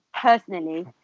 personally